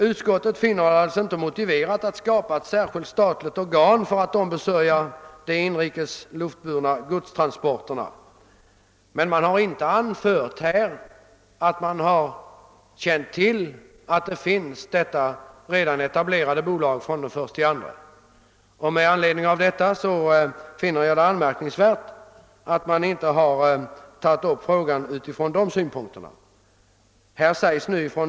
Utskottet finner det alltså inte motiverat att skapa ett särskilt statligt organ för att ombesörja de inrikes luftburna godstransporterna. Men utskottet har inte anfört att man känner till att det redan etablerade bolaget existerar från den 1 februari. Jag finner det därför anmärkningsvärt att man inte tagit upp frågan utifrån dessa utgångspunkter.